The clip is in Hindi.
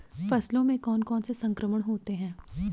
फसलों में कौन कौन से संक्रमण होते हैं?